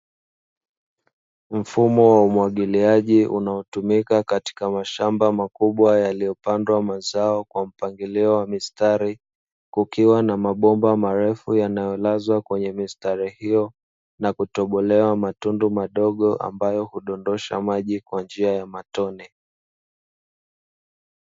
Mfumo wa umwagiliaji unaotumika katika mashamba makubwa yaliyopandwa mazao kwa mpangilio wa mistari, kukiwa na mabomba marefu yanayolazwa kwenye mistari hiyo na kutobolewa matundu madogo ambayo hudondosha maji kwa njia ya matone.